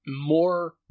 more